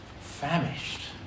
famished